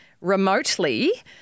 remotely